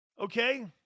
Okay